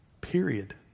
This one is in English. Period